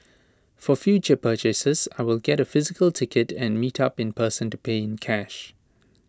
for future purchases I will get A physical ticket and meet up in person to pay in cash